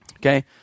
Okay